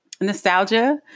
Nostalgia